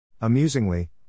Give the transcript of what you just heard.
Amusingly